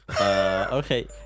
Okay